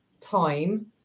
time